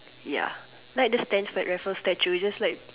ya like the sir Stamford Raffles statue it's just